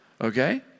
Okay